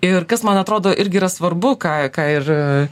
ir kas man atrodo irgi yra svarbu ką ką ir